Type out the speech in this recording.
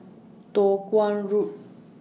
Toh Guan Road